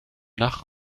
nach